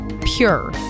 PURE